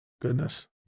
Goodness